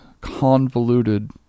convoluted